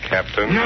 Captain